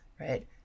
right